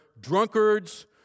drunkards